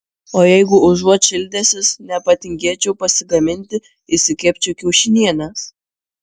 o jeigu užuot šildęsis nepatingėčiau pasigaminti išsikepčiau kiaušinienės